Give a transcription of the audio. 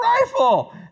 rifle